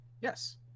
yes